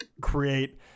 create